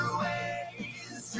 ways